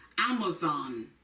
Amazon